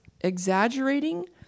exaggerating